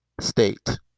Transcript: state